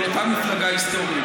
אבל הייתה מפלגה היסטורית,